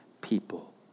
people